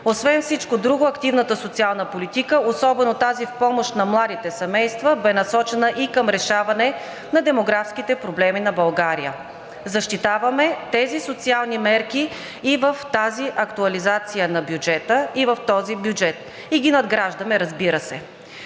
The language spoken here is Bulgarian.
Освен всичко друго активната социална политика, особено тази в помощ на младите семейства, бе насочена и към решаване на демографските проблеми на България. Защитаваме тези социални мерки и в тази актуализация на бюджета, и в този бюджет, и ги надграждаме, разбира се.